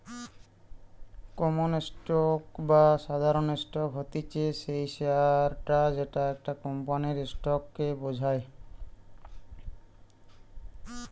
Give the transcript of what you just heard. common stock বা সাধারণ stock হতিছে সেই শেয়ারটা যেটা একটা কোম্পানির স্টক কে বোঝায়